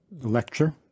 lecture